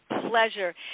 pleasure